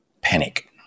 panic